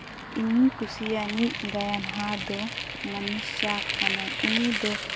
ᱤᱧ ᱠᱩᱥᱤᱭᱟᱱᱤᱡ ᱜᱟᱭᱟᱱᱦᱟ ᱫᱚ ᱢᱚᱱᱤᱥᱟ ᱠᱟᱱᱟᱭ ᱩᱱᱤ ᱫᱚ